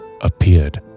appeared